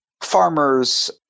farmers